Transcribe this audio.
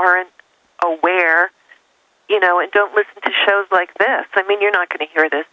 aren't aware you know and don't listen to shows like this i mean you're not going to hear this